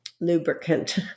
lubricant